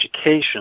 Education